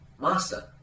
Master